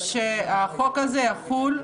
שהחוק הזה יחול,